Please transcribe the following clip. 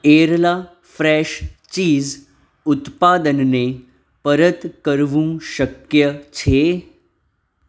Arla fresh cheese ઉત્પાદનને પરત કરવું શક્ય છે